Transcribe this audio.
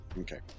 Okay